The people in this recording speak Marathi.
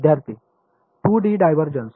विद्यार्थीः 2 डी डायव्हर्जन्स